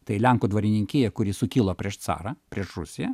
tai lenkų dvarininkija kuri sukilo prieš carą prieš rusiją